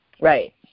Right